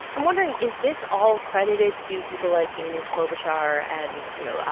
i'm wondering, is this all credited to people like amy klobuchar and, you know,